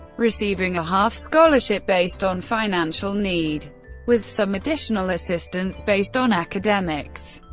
receiving a half scholarship based on financial need with some additional assistance based on academics.